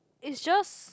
is just